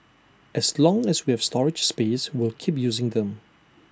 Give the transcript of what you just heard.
as long as we have storage space we'll keep using them